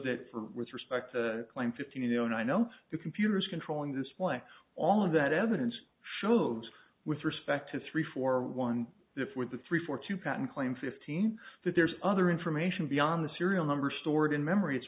that with respect to claim fifteen and i know the computers controlling this play all of that evidence shows with respect to three for one if with the three four two patent claim fifteen that there's other information beyond the serial number stored in memory i